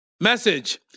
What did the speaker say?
Message